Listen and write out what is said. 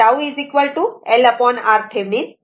तर T LRThevenin असेल